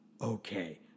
Okay